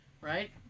right